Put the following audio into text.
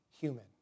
human